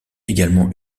également